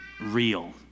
real